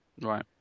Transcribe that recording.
Right